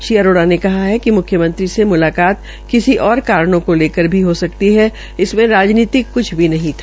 श्री अरोड़ा ने कहा कि मुख्यमंत्री से मुलाकात किसी ओर कारणो को लेकर भी हो सकती है इसमे राजनीतक क्छ भी नहीं था